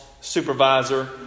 supervisor